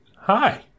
Hi